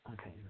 okay